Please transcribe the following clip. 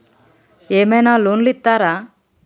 ఏమైనా లోన్లు ఇత్తరా?